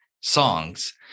songs